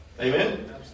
Amen